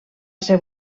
ser